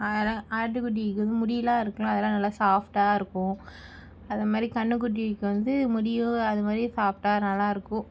ஆடு ஆட்டு குட்டிக்கு வந்து முடியெல்லாம் இருக்கும்ல அதெல்லாம் நல்லா சாஃப்ட்டாயிருக்கும் அதுமாதிரி கன்னுகுட்டிக்கு வந்து முடியும் அதுமாதிரி சாஃப்ட்டாக நல்லாயிருக்கும்